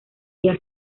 día